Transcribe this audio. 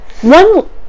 One